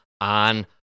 on